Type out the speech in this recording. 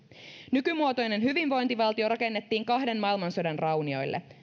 nykymuotoinen hyvinvointivaltio rakennettiin kahden maailmansodan raunioille